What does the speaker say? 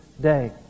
day